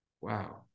Wow